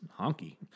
Honky